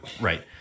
Right